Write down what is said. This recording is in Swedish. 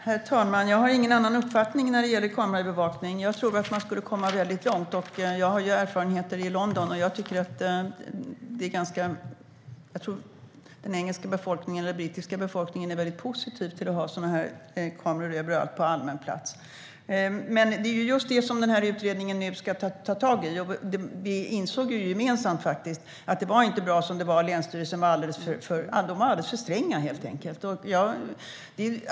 Herr talman! Jag har ingen annan uppfattning när det gäller kameraövervakning. Jag tror att man skulle komma mycket långt med det. Jag har erfarenhet av hur det fungerar i London, och jag tror att den brittiska befolkningen är mycket positiv till att ha sådana här kameror överallt på allmän plats. Det är just det här som utredningen ska ta tag i, och vi insåg gemensamt att det inte var bra som det var och att länsstyrelserna var alldeles för stränga.